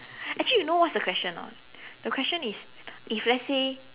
actually you know what's the question or not the question is if let's say